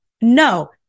No